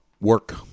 work